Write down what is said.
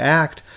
act